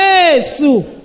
Jesus